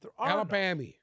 Alabama